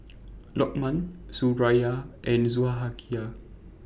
Lokman Suraya and Zulaikha